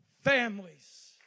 families